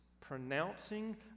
pronouncing